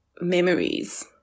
memories